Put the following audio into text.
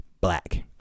black